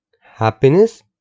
Happiness